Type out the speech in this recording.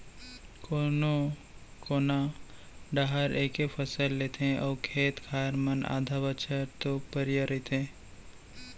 कोनो कोना डाहर एके फसल लेथे अउ खेत खार मन आधा बछर तो परिया रथें